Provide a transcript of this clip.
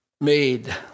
made